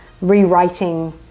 rewriting